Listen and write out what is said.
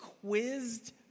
quizzed